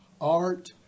art